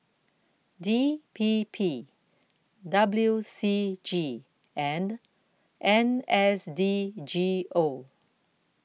D P P W C G and N S D G O